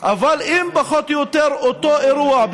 אבל אם פחות יותר אותו אירוע,